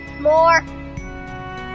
more